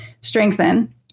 strengthen